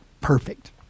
perfect